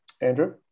Andrew